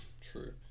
true